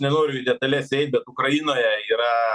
nenoriu į detales įeit bet ukrainoje yra